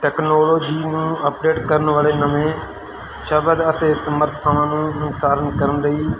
technology ਨੂੰ update ਕਰਨ ਵਾਲੇ ਨਵੇਂ ਸ਼ਬਦ ਅਤੇ ਸਮਰਥਨਾਂ ਨੂੰ ਨੁਕਸਾਨ ਕਰਨ ਲਈ